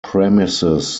premises